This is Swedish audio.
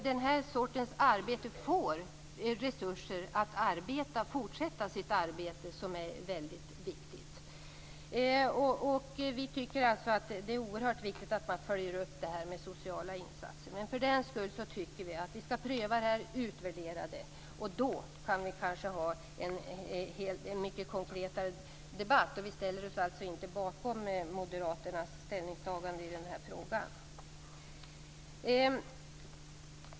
Den här sortens viktiga arbete måste ges resurser. Det är oerhört viktigt att följa upp de sociala insatserna. Det måste ske en prövning och utvärdering. Då kan det bli en konkretare debatt. Vi ställer oss alltså inte bakom Moderaternas ställningstagande i frågan.